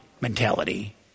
mentality